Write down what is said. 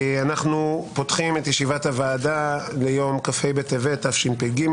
אנחנו פותחים את הוועדה, יום כ"ה בטבת תשפ"ג.